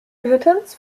drittens